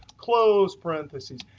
close parentheses,